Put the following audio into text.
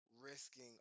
risking